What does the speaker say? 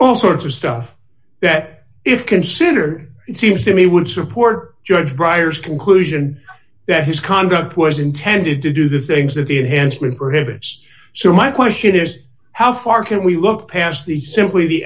all sorts of stuff that if considered it seems to me would support judge briars conclusion that his conduct was intended to do the things that the enhancement prohibits so my question is how far can we look past the simply the